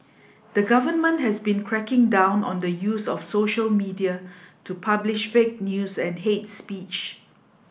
the government has been cracking down on the use of social media to publish fake news and hate speech